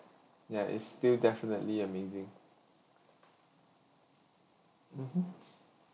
ya it's still definitely amazing mmhmm